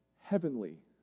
heavenly